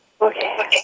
Okay